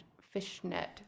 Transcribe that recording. fishnet